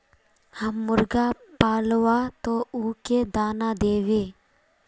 हम मुर्गा पालव तो उ के दाना देव?